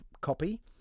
copy